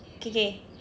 okay